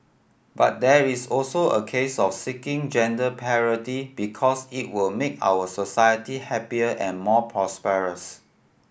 but there is also a case of seeking gender parity because it will make our society happier and more prosperous